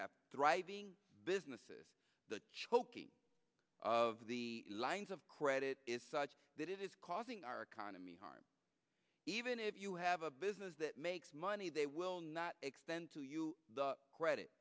have thriving businesses the choking of the lines of credit is such that it is causing our economy harm even if you have a business that makes money they will not extend to you the credit